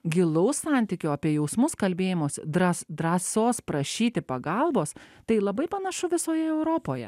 gilaus santykio apie jausmus kalbėjimosi drąs drąsos prašyti pagalbos tai labai panašu visoje europoje